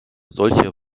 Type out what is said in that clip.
solche